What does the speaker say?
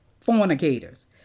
fornicators